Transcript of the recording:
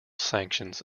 sanctions